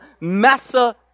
massa